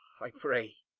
i pray,